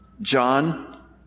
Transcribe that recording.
John